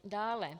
Dále.